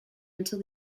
until